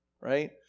right